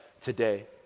today